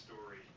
story